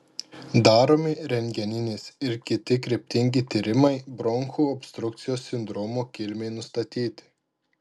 daromi rentgeninis ir kiti kryptingi tyrimai bronchų obstrukcijos sindromo kilmei nustatyti